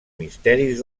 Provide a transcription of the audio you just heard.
misteris